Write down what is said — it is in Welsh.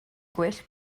gwell